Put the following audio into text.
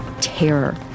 terror